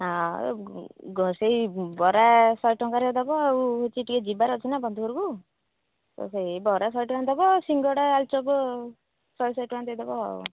ହଁ ସେଇ ବରା ଶହେ ଟଙ୍କାରେ ଦେବ ଆଉ ହେଉଛି ଟିକେ ଯିବାର ଅଛି ନା ବନ୍ଧୁ ଘରକୁ ତ ସେଇ ବରା ଶହେ ଟଙ୍କା ଦେବ ସିଙ୍ଗଡ଼ା ଆଳୁଚପ ଶହେ ଶହେ ଟଙ୍କା ଦେଇଦେବ ଆଉ